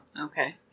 okay